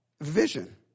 vision